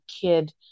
kid